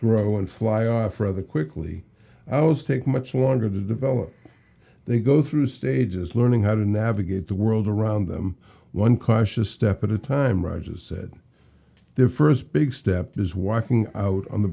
grow and fly off rather quickly aus take much longer to develop they go through stages learning how to navigate the world around them one cautious step at a time rogers said their first big step is walking out on the